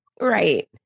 Right